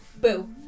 boo